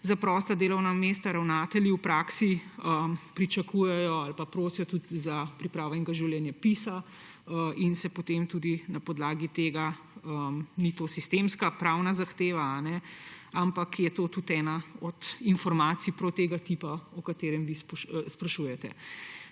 za prosta delovna mesta ravnatelji v praksi pričakujejo ali pa prosijo za pripravo življenjepisa in se potem tudi na podlagi tega odločajo. To ni sistemska pravna zahteva, ampak je to ena od informacij prav tega tipa, o katerem vi sprašujete.